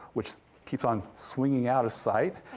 which keep on swinging out of sight,